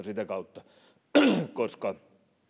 sitä kautta koska